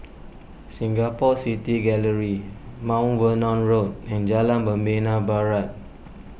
Singapore City Gallery Mount Vernon Road and Jalan Membina Barat